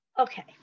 Okay